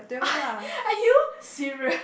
are you serious